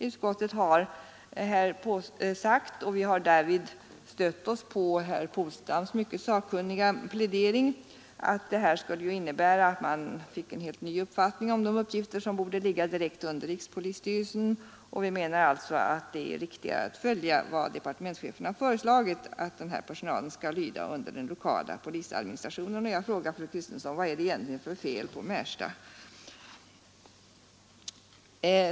Utskottet har sagt — och vi har därvid stött oss på herr Polstams mycket sakkunniga plädering — att detta skulle innebära att man fick en helt ny uppfattning om de uppgifter som borde ligga direkt under rikspolisstyrelsen. Vi menar alltså att det är riktigare att följa vad departementschefen har föreslagit, nämligen att denna personal skall lyda under den lokala polisadministrationen, och jag frågar fru Kristensson: Vad är det egentligen för fel på Märsta?